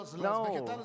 no